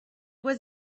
was